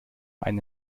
ein